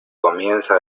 comienza